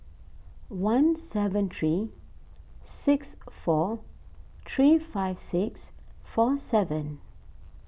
one seven three six four three five six four seven